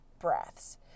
breaths